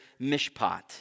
mishpat